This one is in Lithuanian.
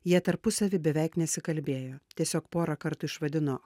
jie tarpusavy beveik nesikalbėjo tiesiog porą kartų išvadino